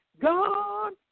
God